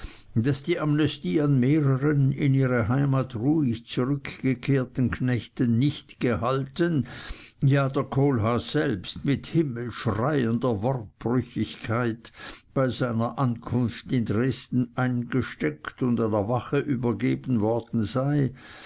daß die amnestie an mehreren in ihre heimat ruhig zurückgekehrten knechten nicht gehalten ja der kohlhaas selbst mit himmelschreiender wortbrüchigkeit bei seiner ankunft in dresden eingesteckt und einer wache übergeben worden sei